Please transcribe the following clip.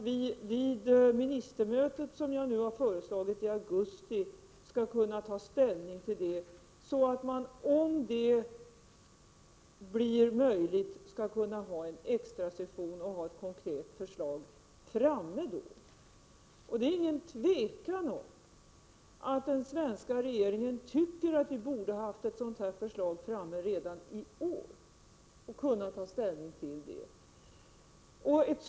Vid det ministermöte som jag nu har föreslagit skall äga rum i augusti skall vi kunna ta ställning till detta så att man om möjligt skall kunna ha en extra session och då ha ett konkret förslag framme. Det råder inget tvivel om att den svenska regeringen tycker att vi borde haft ett sådant här förslag färdigt redan i år och kunnat ta ställning till det.